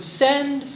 send